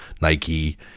nike